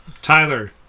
Tyler